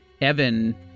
Evan